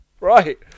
Right